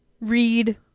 Read